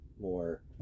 more